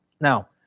Now